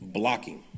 blocking